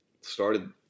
started